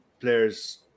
players